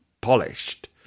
polished